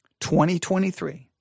2023